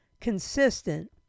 consistent